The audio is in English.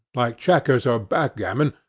like checkers or backgammon,